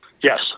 Yes